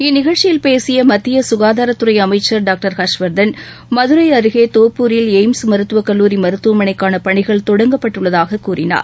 இந்நிகழ்ச்சியல் பேசிய மத்திய சுகாதாரத்துறை அமைச்சர் டாக்டர் ஹர்ஷ்வர்தன் மதுரை அருகே தோப்பூரில் எய்ம்ஸ் மருத்துவக்கல்லூரி மருத்துவமனைக்கான பணிகள் தொடங்கப்பட்டுள்ளதாக கூறினார்